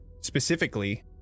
specifically